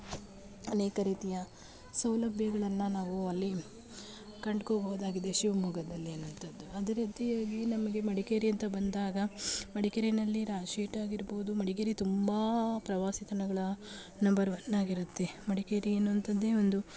ಅನೇಕ ರೀತಿಯ ಸೌಲಭ್ಯಗಳನ್ನು ನಾವು ಅಲ್ಲಿ ಕಂಡ್ಕೋಬೋದಾಗಿದೆ ಶಿವಮೊಗ್ಗದಲ್ಲಿ ಅನ್ನುವಂಥದ್ದು ಅದೆ ರೀತಿಯಾಗಿ ನಮಗೆ ಮಡಿಕೇರಿ ಅಂತ ಬಂದಾಗ ಮಡಿಕೇರಿಯಲ್ಲಿ ರಾಜ್ ಶೀಟಾಗಿರ್ಬೋದು ಮಡಿಕೇರಿ ತುಂಬ ಪ್ರವಾಸಿ ತಾಣಗಳ ನಂಬರ್ ವನ್ನಾಗಿರುತ್ತೆ ಮಡಿಕೇರಿ ಎನ್ನುವಂಥದ್ದೇ ಒಂದು